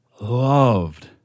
loved